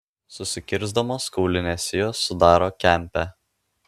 susikirsdamos kaulinės sijos sudaro kempę